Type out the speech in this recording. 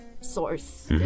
source